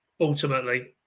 ultimately